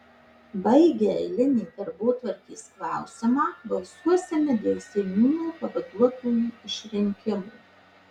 baigę eilinį darbotvarkės klausimą balsuosime dėl seniūno pavaduotojų išrinkimo